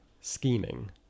scheming